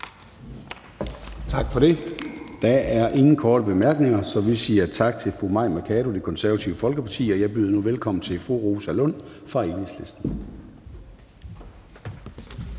Tak for det. Der er ingen korte bemærkninger, så vi siger tak til fru Mai Mercado, Det Konservative Folkeparti, og jeg byder nu velkommen til fru Rosa Lund fra Enhedslisten.